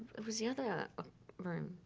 it was the other room.